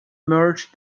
merged